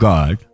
God